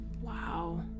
Wow